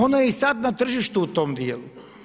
Ona je i sad na tržištu u tom dijelu.